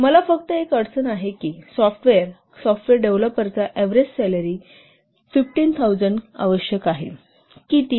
मला फक्त एक अडचण आहे की एक सॉफ्टवेअर सॉफ्टवेअर डेव्हलपरचा ऍव्हरेज सॅलरी घेईल 15000 आवश्यक आहे किती